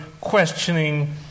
questioning